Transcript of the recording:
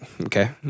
okay